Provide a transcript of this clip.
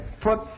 put